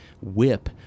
whip